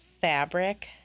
fabric